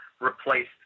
replaced